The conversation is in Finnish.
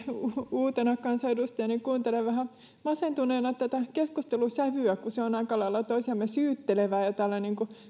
uutena kansanedustajana kuuntelen vähän masentuneena tätä keskustelun sävyä kun se on aika lailla toisiamme syyttelevää ja täällä